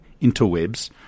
interwebs